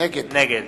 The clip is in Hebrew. נגד